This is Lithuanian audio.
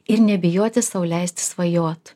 ir nebijoti sau leisti svajot